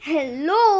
Hello